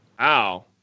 Ow